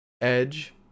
Edge